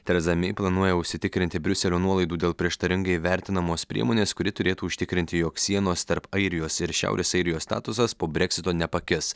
tereza mei planuoja užsitikrinti briuselio nuolaidų dėl prieštaringai vertinamos priemonės kuri turėtų užtikrinti jog sienos tarp airijos ir šiaurės airijos statusas po breksito nepakis